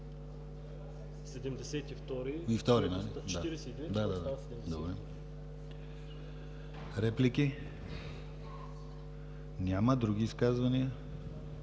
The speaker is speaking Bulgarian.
72, нали? Реплики? Няма. Други изказвания?